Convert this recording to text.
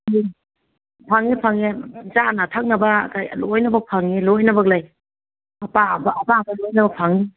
ꯎꯝ ꯐꯪꯉꯦ ꯐꯪꯉꯦ ꯆꯥꯅ ꯊꯛꯅꯕ ꯀꯩ ꯂꯣꯏꯅꯃꯛ ꯐꯪꯉꯦ ꯂꯣꯏꯅꯃꯛ ꯂꯩ ꯑꯄꯥꯝꯕ ꯑꯄꯥꯝꯕ ꯂꯣꯏꯅꯃꯛ ꯐꯪꯅꯤ